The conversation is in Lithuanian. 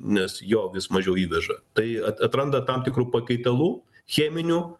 nes jo vis mažiau įveža tai atranda tam tikrų pakaitalų cheminių